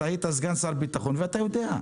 אתה היית סגן שר הביטחון ואתה יודע.